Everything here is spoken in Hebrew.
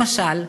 למשל,